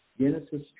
Genesis